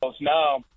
no